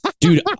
dude